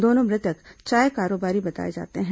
दोनों मृतक चाय कारोबारी बताए जाते हैं